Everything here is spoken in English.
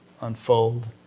unfold